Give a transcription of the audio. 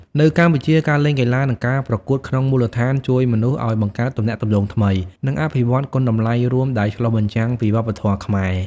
នៅកម្ពុជា ការលេងកីឡា និងការប្រកួតក្នុងមូលដ្ឋានជួយមនុស្សឲ្យបង្កើតទំនាក់ទំនងថ្មី និងអភិវឌ្ឍគុណតម្លៃរួម ដែលឆ្លុះបញ្ចាំងពីវប្បធម៌ខ្មែរ។